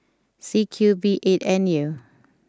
C Q B eight N U